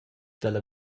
dalla